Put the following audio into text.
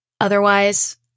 Otherwise